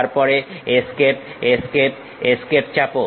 তারপরে escape escape escape চাপো